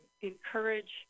encourage